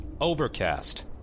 Overcast